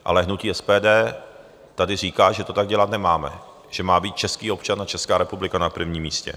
Ale hnutí SPD tady říká, že to tak dělat nemáme, že má být český občan a Česká republika na prvním místě.